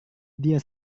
dia